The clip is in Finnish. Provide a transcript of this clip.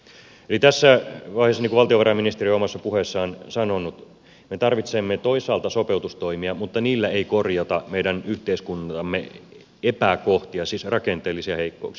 tässä vaiheessa niin kuin valtiovarainministeri omassa puheessaan on sanonut me tarvitsemme toisaalta sopeutustoimia mutta niillä ei korjata meidän yhteiskuntamme epäkohtia siis rakenteellisia heikkouksia